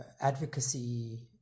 advocacy